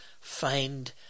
find